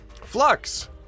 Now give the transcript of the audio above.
flux